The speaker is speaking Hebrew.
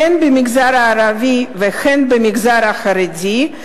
הן במגזר הערבי והן במגזר החרדי,